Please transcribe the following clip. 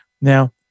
Now